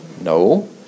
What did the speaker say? No